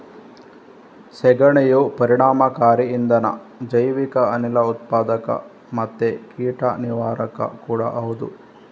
ಸೆಗಣಿಯು ಪರಿಣಾಮಕಾರಿ ಇಂಧನ, ಜೈವಿಕ ಅನಿಲ ಉತ್ಪಾದಕ ಮತ್ತೆ ಕೀಟ ನಿವಾರಕ ಕೂಡಾ ಹೌದು